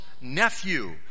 nephew